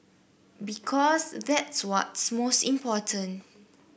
because that's what's most important